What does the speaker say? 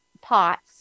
pots